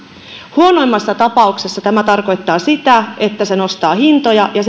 huonoimmassa tapauksessa tämä tarkoittaa sitä että se nostaa hintoja ja